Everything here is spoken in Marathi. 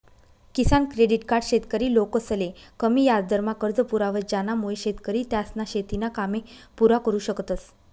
किसान क्रेडिट कार्ड शेतकरी लोकसले कमी याजदरमा कर्ज पुरावस ज्यानामुये शेतकरी त्यासना शेतीना कामे पुरा करु शकतस